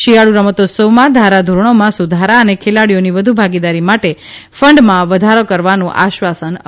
શિયાળ્ રમતોત્સવમાં ધારાધોરણોમાં સુધારા અને ખેલાડીઓની વધુ ભાગીદારી માટે ફંડમાં વધારો કરવાનો આશવાસ આપ્યું છે